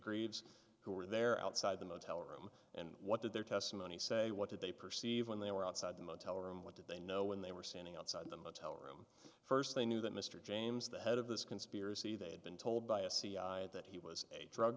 greaves who were there outside the motel room and what did their testimony say what did they perceive when they were outside the motel room what did they know when they were standing outside the motel room first they knew that mr james the head of this conspiracy they had been told by a c i it that he was a drug